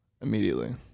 immediately